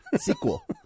Sequel